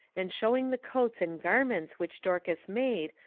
and shewing the coats and garments which dorcas made,